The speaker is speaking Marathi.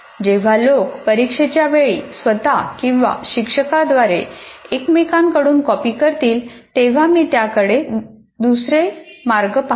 जेव्हा लोक परीक्षेच्या वेळी स्वत किंवा शिक्षकांद्वारे एकमेकांकडून कॉपी करतील तेव्हा मी त्याकडे दुसरे मार्ग पाहतो